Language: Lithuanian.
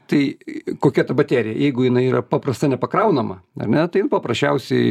tai kokia ta baterija jeigu jinai yra paprasta nepakraunama ane tai paprasčiausiai